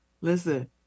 listen